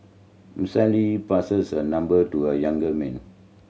passes her number to a young man